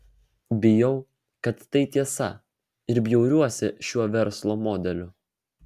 bijau kad tai tiesa ir bjauriuosi šiuo verslo modeliu